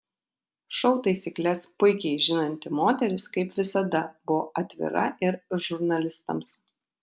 šou taisykles puikiai žinanti moteris kaip visada buvo atvira ir žurnalistams